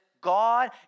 God